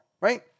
right